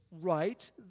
right